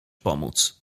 pomóc